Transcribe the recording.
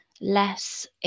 less